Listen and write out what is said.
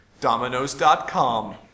Dominoes.com